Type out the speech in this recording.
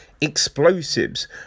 explosives